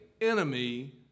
enemy